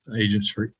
Agency